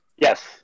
Yes